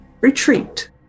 retreat